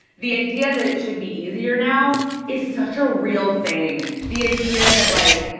the idea that it should be easier now is such a real thing. the idea that, like,